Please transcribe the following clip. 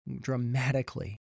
dramatically